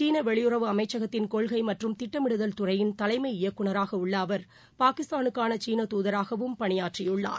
சீனவெளியுறவு அமைச்சகத்தின் கொள்கைமற்றும் திட்டமிடுதல் துறையின் தலைமை இயக்குநராகஉள்ளஅவர் பாகிஸ்தானுக்கானசீன தூதராகவும் பணியாற்றியுள்ளார்